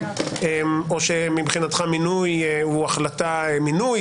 או שמבחינתך מינוי הוא החלטה של מינוי